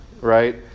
right